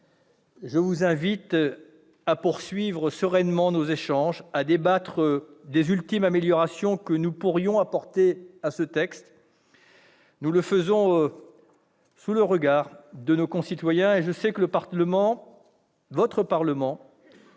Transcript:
je vous invite à poursuivre sereinement nos échanges, à débattre des ultimes améliorations que nous pourrions apporter à ce texte. Nous le faisons sous le regard de nos concitoyens. Je sais que le Parlement a toujours fait